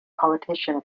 politician